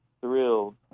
thrilled